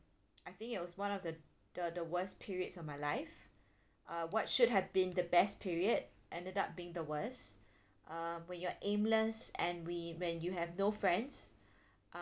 I think it was one of the the the worst periods of my life uh what should have been the best period ended up being the worst uh when you're aimless and we when you have no friends